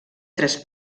tres